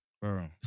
Bro